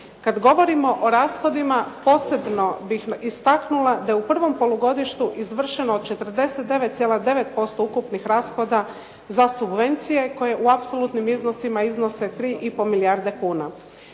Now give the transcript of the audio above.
Kad govorimo o rashodima posebno bih istaknula da je u prvom polugodištu izvršeno 49,9% ukupnih rashoda za subvencije koje u apsolutnim iznosima iznose 3 i pol milijarde kuna.